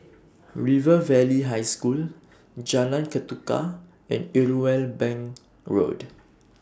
River Valley High School Jalan Ketuka and Irwell Bank Road